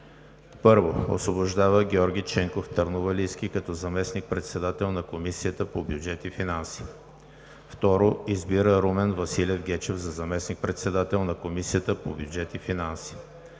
1. Освобождава Георги Ченков Търновалийски като заместник-председател на Комисията по бюджет и финанси. 2. Избира Румен Василев Гечев за заместник-председател на Комисията по бюджет и финанси.